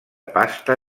pasta